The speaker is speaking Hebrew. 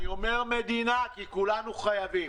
אני אומר מדינה כי כולנו חייבים,